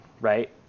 right